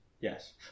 Yes